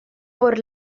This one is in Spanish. por